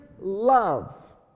love